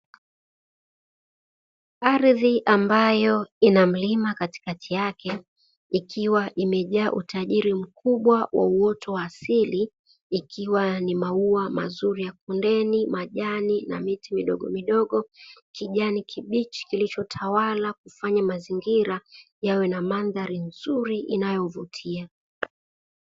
Ardhi ambayo ina mlima katikati yake ikiwa imejaa utajiri mkubwa wa uoto wa asili ikiwa ni maua mazuri ya kundeni, majani na miti midogomidogo, kijana kibichi kilichotawala kufanya mazingira yawe na mandhari nzuri inayovutia.